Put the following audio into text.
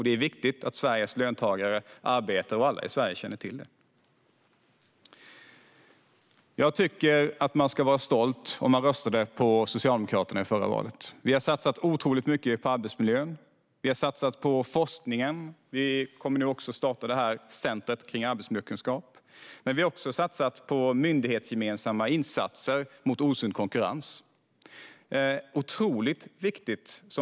Det är viktigt att Sveriges löntagare och arbetare och alla andra i Sverige känner till det. Jag tycker att man ska vara stolt om man röstade på Socialdemokraterna i förra valet. Vi har satsat otroligt mycket på arbetsmiljön. Vi har satsat på forskningen och kommer att starta centret för arbetsmiljökunskap. Men vi har också satsat på myndighetsgemensamma insatser mot osund konkurrens. Det är otroligt viktigt.